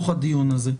בדיון הזה.